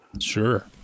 Sure